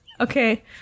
Okay